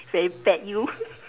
damn bad you